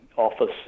Office